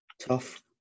Tough